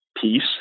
peace